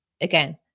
Again